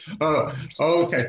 Okay